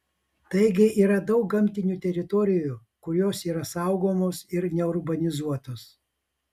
taigi yra daug gamtinių teritorijų kurios yra saugomos ir neurbanizuotos